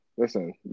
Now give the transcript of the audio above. Listen